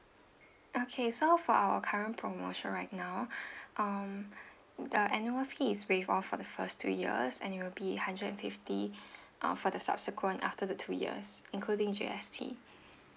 okay so for our current promotion right now um the annual fee is waived off for the first two years and it will be a hundred and fifty uh for the subsequent after the two years including G_S_T